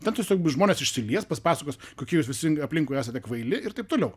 bet tiesiog žmonės išsilies pasipasakos kokie jūs visi aplinkui esate kvaili ir taip toliau